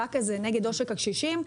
למאבק הזה נגד עושק הקשישים,